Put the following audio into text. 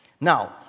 Now